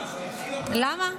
בשביל מה,